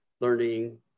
learning